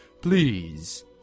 Please